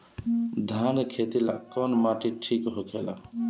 धान के खेती ला कौन माटी ठीक होखेला?